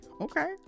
Okay